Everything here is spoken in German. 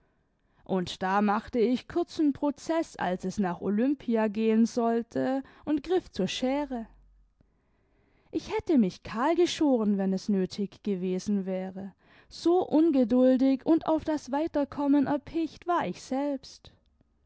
und da machte ich kurzen prozeß als es nach olympia gehen sollte und griff zur schere ich hätte mich kahl geschoren wenn es nötig gewesen wäre so ungeduldig und auf das weiterkommen erpicht war ich selbst